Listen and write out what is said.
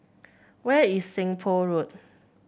where is Seng Poh Road